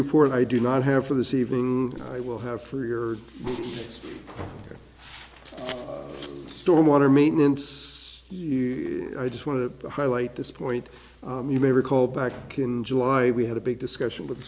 report i do not have for this evening i will have for your stormwater maintenance you just want to highlight this point you may recall back in july we had a big discussion with